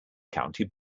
county